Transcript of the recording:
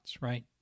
right